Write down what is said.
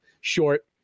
short